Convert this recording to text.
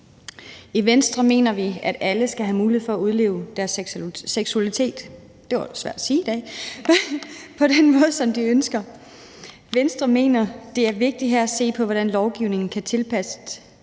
I Venstre mener vi, at alle skal have mulighed for at udleve deres seksualitet på den måde, som de ønsker. Venstre mener, at det er vigtigt her at se på, hvordan lovgivningen kan tilpasses,